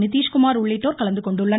நிதிஷ்குமார் உள்ளிட்டோர் கலந்து கொண்டுள்ளனர்